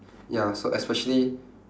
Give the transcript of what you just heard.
ya so especially